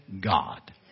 God